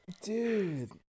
Dude